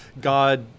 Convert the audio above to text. God